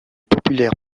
populaire